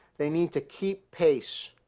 they need to keep pace.